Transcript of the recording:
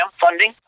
funding